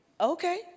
okay